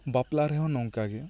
ᱵᱟᱯᱞᱟ ᱨᱮᱦᱚᱸ ᱱᱚᱝᱠᱟ ᱜᱮ